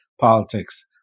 politics